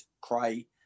Cray